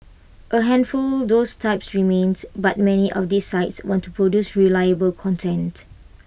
A handful those types remains but many of these sites want to produce reliable content